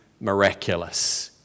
miraculous